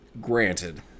Granted